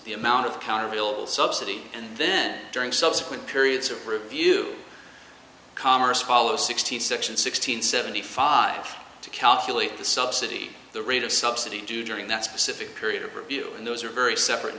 the amount of power will subsidy and then during subsequent periods of proview commerce apollo sixteen section sixteen seventy five to calculate the subsidy the rate of subsidy do during that specific period of review and those are very separate